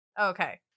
Okay